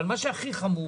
אבל מה שהכי חמור